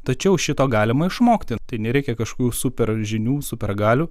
tačiau šito galima išmokti tai nereikia kažkokių super žinių super galių